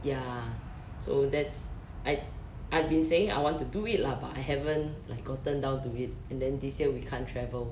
ya so that's I I've been saying I want to do it lah but I haven't like gotten down to it and then this year we can't travel